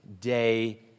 day